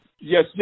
Yes